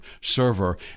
server